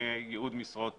לגבי ייעוד משרות